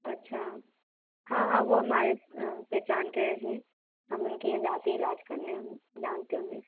अच्छा हाँ हाँ वो हमारे पहचान के हैं हम उनके यहाँ जाते हैं इलाज करने हम जानते उन्हें